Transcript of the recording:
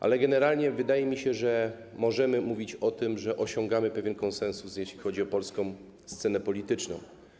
ale generalnie wydaje mi się, że możemy mówić o tym, że osiągamy pewien konsensus, jeśli chodzi o polską scenę polityczną.